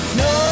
no